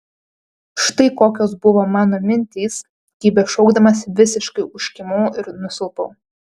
štai kokios buvo mano mintys kai bešaukdamas visiškai užkimau ir nusilpau